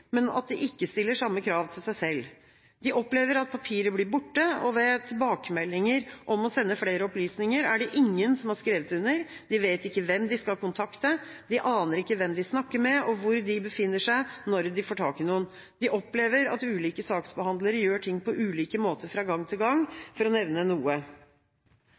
men at Nav ikke stiller samme krav til seg selv. De opplever at papirer blir borte. Ved tilbakemeldinger om å sende flere opplysninger er det ingen som har skrevet under, de vet ikke hvem de skal kontakte. De aner ikke hvem de snakker med, og hvor de befinner seg, når de får tak i noen. De opplever at ulike saksbehandlere gjør ting på ulike måter fra gang til gang, for å nevne noe.